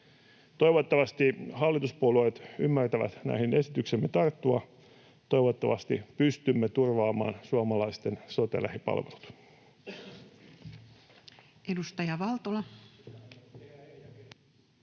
Toivottavasti hallituspuolueet ymmärtävät näihin esityksiimme tarttua, ja toivottavasti pystymme turvaamaan suomalaisten sote-lähipalvelut.